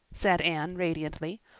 said anne radiantly.